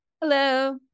Hello